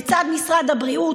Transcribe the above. לצד משרד הבריאות,